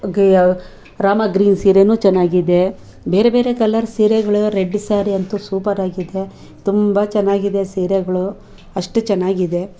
green ರಾಮ green ಸೀರೆಯೂ ಚೆನ್ನಾಗಿದೆ ಬೇರೆ ಬೇರೆ ಕಲರ್ ಸೀರೆಗಳು ರೆಡ್ ಸ್ಯಾರಿಯಂತೂ ಸೂಪರಾಗಿದೆ ತುಂಬ ಚೆನ್ನಾಗಿದೆ ಸೀರೆಗಳು ಅಷ್ಟು ಚೆನ್ನಾಗಿದೆ